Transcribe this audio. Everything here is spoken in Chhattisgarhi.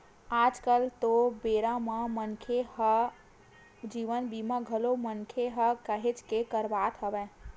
आज कल तो बेरा म मनखे ह जीवन बीमा घलोक मनखे ह काहेच के करवात हवय